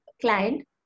client